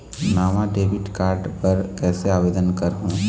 नावा debit card बर कैसे आवेदन करहूं?